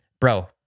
bro